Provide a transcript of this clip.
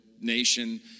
nation